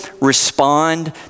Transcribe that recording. respond